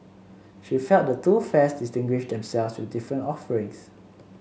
she felt the two fairs distinguished themselves with different offerings